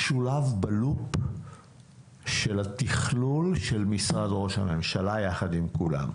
משולב בלופ התכלול של משרד ראש הממשלה יחד עם כולם?